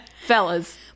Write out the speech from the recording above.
fellas